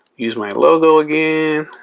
use my logo again.